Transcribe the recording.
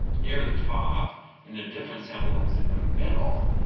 near the top, and in a different sample it was in the middle,